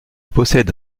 possède